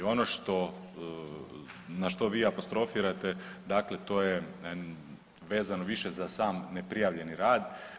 Ono što, na što vi apostrofirate, dakle to je vezano više za sam neprijavljeni rad.